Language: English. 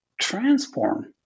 transform